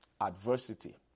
adversity